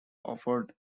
offered